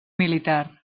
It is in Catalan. militar